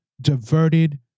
diverted